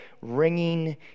ringing